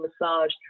massage